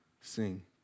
sing